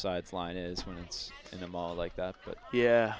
offsides line is when it's in a mall like that but yeah